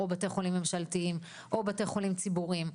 בתי חולים ממשלתיים או בתי חולים ציבוריים.